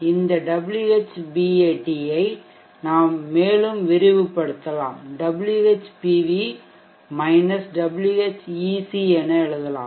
இந்த Whbat ஐ நாம் மேலும் விரிவுபடுத்தலாம் WhPV Whec என எழுதலாம்